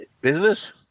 business